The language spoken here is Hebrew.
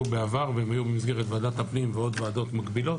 בעבר והיו במסגרת ועדת הפנים ועוד ועדות מקבילות,